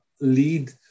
lead